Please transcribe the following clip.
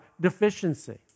deficiency